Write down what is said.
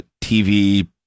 TV